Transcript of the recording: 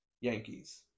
Yankees